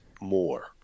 more